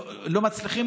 לא מצליחים